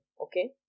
Okay